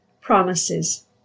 promises